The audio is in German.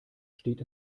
steht